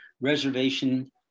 reservation